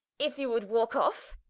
if you would walke off,